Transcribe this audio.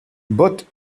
but